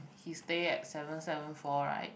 he stay at seven seven four right